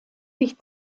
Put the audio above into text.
sich